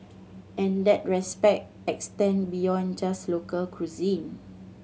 and that respect extend beyond just local cuisine